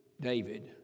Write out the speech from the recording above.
David